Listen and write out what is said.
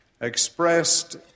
expressed